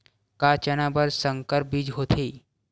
का चना बर संकर बीज होथे?